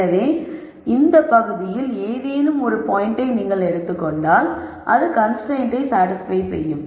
எனவே இந்த பகுதியில் ஏதேனும் ஒரு பாயிண்ட்டை நீங்கள் எடுத்துக் கொண்டால் அது கன்ஸ்ரைன்ட்டை சாடிஸ்பய் செய்யும்